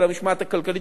על המשמעת הכלכלית,